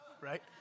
right